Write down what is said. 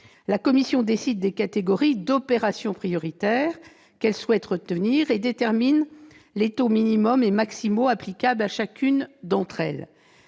La commission décide des catégories d'opérations prioritaires qu'elle souhaite retenir et détermine les taux minimaux et maximaux applicables à chacune d'entre elles.